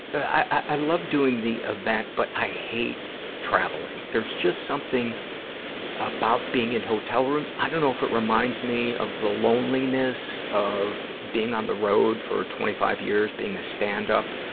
i love doing the event, but i hate traveling. there's just something about being in hotel rooms. i don't know if it reminds me of the loneliness of being on the road for twenty five years, being a stand-up.